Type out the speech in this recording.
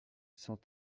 cent